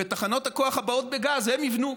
ואת תחנות הכוח הבאות, בגז, הם יבנו,